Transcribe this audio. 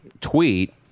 tweet